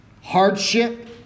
hardship